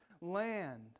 land